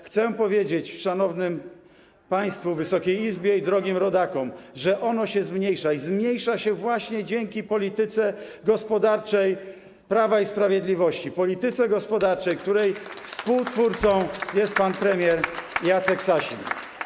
Ale chcę powiedzieć szanownym państwu, Wysokiej Izbie i drogim rodakom, że ono się zmniejsza i zmniejsza się właśnie dzięki polityce gospodarczej Prawa i Sprawiedliwości, polityce gospodarczej, której współtwórcą jest pan premier Jacek Sasin.